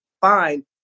Fine